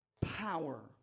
power